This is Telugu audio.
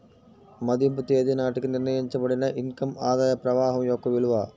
మదింపు తేదీ నాటికి నిర్ణయించబడిన ఇన్ కమ్ ఆదాయ ప్రవాహం యొక్క విలువ